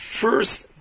first